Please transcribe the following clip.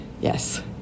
yes